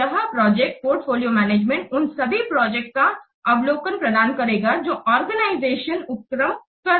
तो यह project portfolio management उन सभी प्रोजेक्ट का अवलोकन प्रदान करेगा जो ऑर्गेनाइजेशन उपक्रम कर रहा है